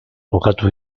jokatu